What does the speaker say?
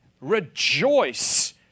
rejoice